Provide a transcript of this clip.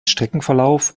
streckenverlauf